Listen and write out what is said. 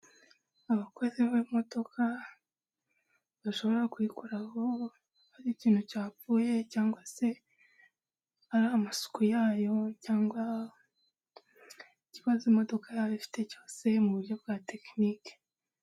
Abakozi b'imodoka bashobora kuyikora aho ari ikintu cyapfuye cyangwa se ari amasuku yayo cyangwa ikibazo imodoka yabo ifite cyose m'uburyo bwa tekenike.